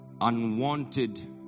unwanted